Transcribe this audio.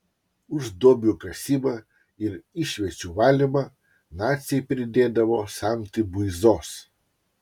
už duobių kasimą ir išviečių valymą naciai pridėdavo samtį buizos